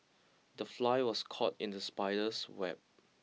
the fly was caught in the spider's web